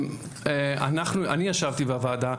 אני ישבתי בוועדה,